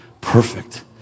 perfect